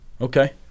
Okay